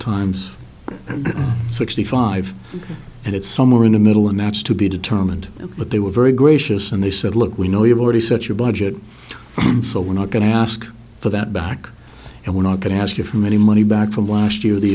times sixty five and it's somewhere in the middle and that's to be determined but they were very gracious and they said look we know you've already set your budget so we're not going to ask for that back and we're not going to ask you for many money back from last year the